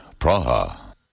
Praha